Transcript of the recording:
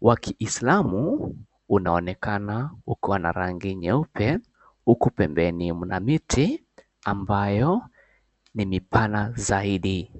wa kiislamu unaonekana ukiwa na rangi nyeupe, huku pembeni mna miti ambayo ni mipana zaidi.